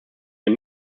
den